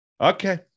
Okay